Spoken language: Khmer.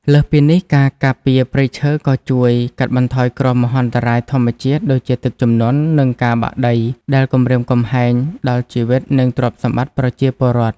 លើសពីនេះ ការការពារព្រៃឈើក៏ជួយ កាត់បន្ថយគ្រោះមហន្តរាយធម្មជាតិ ដូចជាទឹកជំនន់ និងការបាក់ដី ដែលគំរាមកំហែងដល់ជីវិត និងទ្រព្យសម្បត្តិប្រជាពលរដ្ឋ។